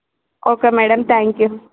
okay madam thank you